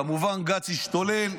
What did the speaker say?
גנץ כמובן השתולל,